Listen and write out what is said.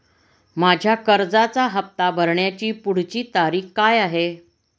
माझ्या कर्जाचा हफ्ता भरण्याची पुढची तारीख काय आहे?